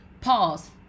Pause